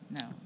No